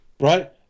Right